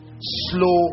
slow